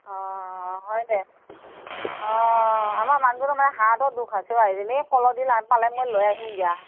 অ অ অ অ আমাৰ মানুহজনৰ মানে হাৰ্টৰ দুখ আছে অ আইজনী ক'লৰ ডিল পালে মই লৈ আহিম দিয়া